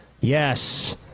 Yes